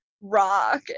rock